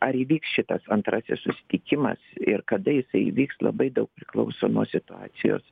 ar įvyks šitas antrasis susitikimas ir kada jisai įvyks labai daug priklauso nuo situacijos